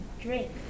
drink